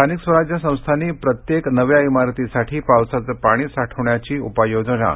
स्थानिक स्वराज्य संस्थांनी प्रत्येक नव्या इमारतीसाठी पावसाचं पाणी साठवण्याची उपाययोजना